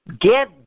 Get